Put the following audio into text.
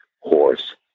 horse